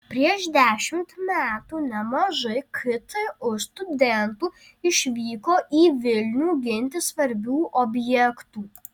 prieš dešimt metų nemažai ktu studentų išvyko į vilnių ginti svarbių objektų